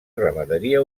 ramaderia